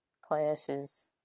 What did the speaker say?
Classes